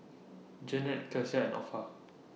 Jeannette Kecia and Opha